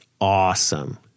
awesome